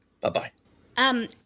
Bye-bye